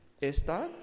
está